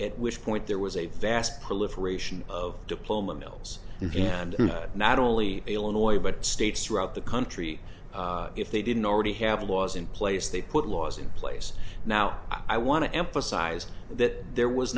at which point there was a vast political ration of diploma mills uganda not only illinois but states throughout the country if they didn't already have laws in place they put laws in place now i want to emphasize that there was